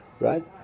Right